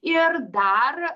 ir dar